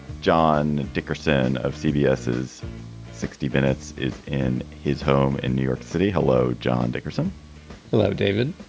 john dickerson of cbs is sixty minutes, is in his home in new york city. hello. john dickerson hello, david.